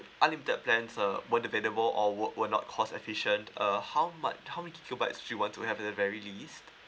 unlimited plans uh would available or work will not cost efficient uh how much how many gigabyte do you want to have at very least